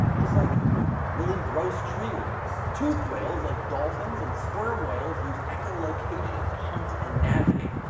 just like really gross tree rings. toothed whales like dolphins and sperm whales use echolocation to hunt and navigate.